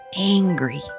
angry